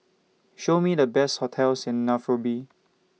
Show Me The Best hotels in Nairobi